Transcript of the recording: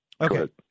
Okay